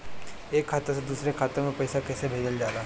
एक खाता से दुसरे खाता मे पैसा कैसे भेजल जाला?